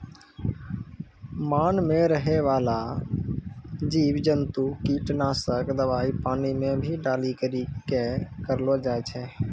मान मे रहै बाला जिव जन्तु किट नाशक दवाई पानी मे भी डाली करी के करलो जाय छै